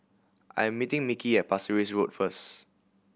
I am meeting Mickey at Pasir Ris Road first